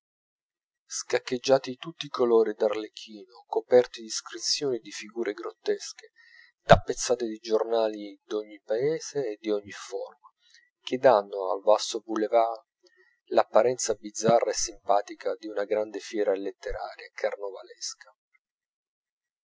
scaccheggiati di tutti i colori d'arlecchino coperti d'iscrizioni e di figure grottesche tappezzati di giornali d'ogni paese e di ogni forma che danno al vasto boulevard l'apparenza bizzarra e simpatica d'una grande fiera letteraria carnovalesca